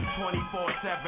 24-7